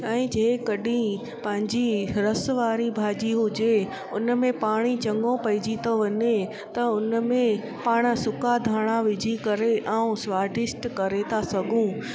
ऐं जेकॾहिं पंहिंजी रसु वारी भाॼी हुजे उन में पाणी चङो पइजी थो वञे त उन में पाण सुका धाणा विझी करे ऐं स्वादिष्ट करे था सघूं